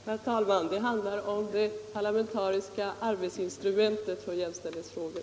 Herr talman! Det handlar här om det parlamentariska arbetsinstrumentet för jämställdhetsfrågor.